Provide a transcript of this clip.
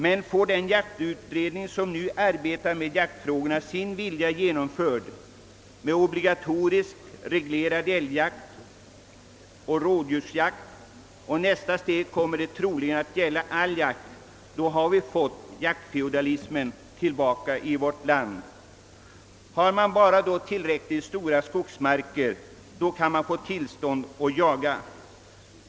Men om den jaktutredning som nu arbetar med jaktfrågorna får sin vilja genomförd med obligatoriskt reglerad älgoch rådjursjakt — nästa steg blir troligen att det skall gälla all jakt — så har vi fått jaktfeodalismen tillbaka i vårt land. Har man bara tillräckligt stora skogsmarker, så kan man få tillstånd att jaga.